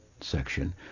section